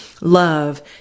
love